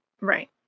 Right